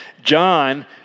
John